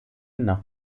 nach